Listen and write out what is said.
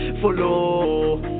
follow